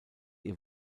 ihr